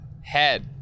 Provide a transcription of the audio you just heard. head